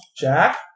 jack